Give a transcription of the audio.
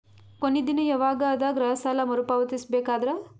ಕೊನಿ ದಿನ ಯವಾಗ ಅದ ಗೃಹ ಸಾಲ ಮರು ಪಾವತಿಸಬೇಕಾದರ?